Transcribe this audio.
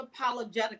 unapologetically